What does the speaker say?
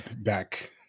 back